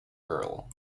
girl